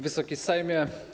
Wysoki Sejmie!